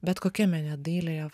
bet kokiam mene dailėje